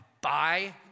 buy